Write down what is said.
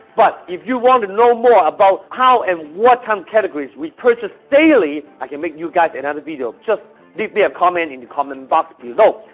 but if you want to know more about how and what kind categories we purchase daily i can make you guys another and video just leave me a comment in the comment box below,